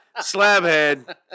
Slabhead